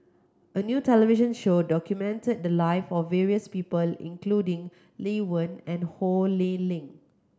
a new television show documented the life of various people including Lee Wen and Ho Lee Ling